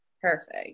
Perfect